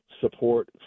support